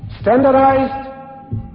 standardized